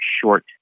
short